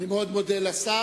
אני מאוד מודה לשר.